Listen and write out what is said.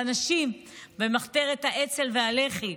לנשים במחתרת האצ"ל והלח"י.